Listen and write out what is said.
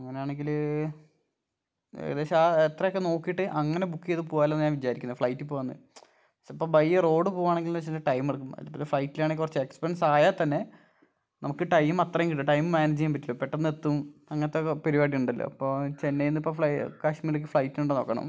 അങ്ങനാണെങ്കില് ഏകദേശം എത്ര ഒക്കെ നോക്കിയിട്ട് അങ്ങനെ ബുക്ക് ചെയ്ത് പോകാമല്ലോ എന്ന് ഞാൻ വിചാരിക്കുന്നു ഫ്ലൈറ്റിൽ പോകാമെന്ന് പക്ഷേ ഇപ്പം ബൈ റോഡ് പോകുവാണെങ്കിൽ വെച്ചിട്ടുണ്ടേൽ ടൈം എടുക്കും അതിലും ഭേദം ഫ്ലൈറ്റിലാണേൽ കുറച്ച് എക്സ്പെൻസ് ആയാൽ തന്നെ നമുക്ക് ടൈം അത്രയും കിട്ടും ടൈം മാനേജ് ചെയ്യാൻ പറ്റും പെട്ടെന്നെത്തും അങ്ങനത്തെ പരിപാടി ഉണ്ടല്ലോ അപ്പോൾ ചെന്നൈയിൽ നിന്ന് കാശ്മീരിലേക്ക് ഫ്ലൈറ്റ് ഉണ്ടോ എന്ന് നോക്കണം